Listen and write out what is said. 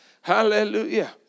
Hallelujah